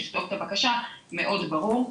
לכתוב את הבקשה מאוד ברור.